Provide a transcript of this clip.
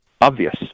obvious